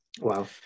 Wow